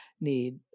need